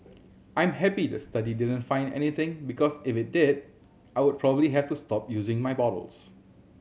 I'm happy the study didn't find anything because if it did I would probably have to stop using my bottles